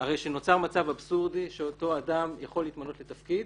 הרי שנוצר מצב אבסורדי שאותו אדם יכול להתמנות לתפקיד,